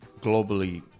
globally